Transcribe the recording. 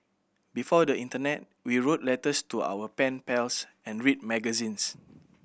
before the internet we wrote letters to our pen pals and read magazines